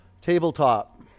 Tabletop